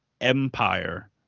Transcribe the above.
Empire